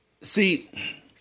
See